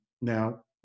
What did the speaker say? Now